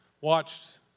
watched